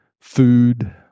food